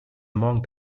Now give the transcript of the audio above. among